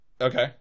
Okay